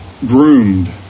groomed